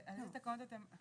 על אילו תקנות אתה מדבר?